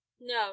no